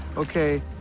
okay?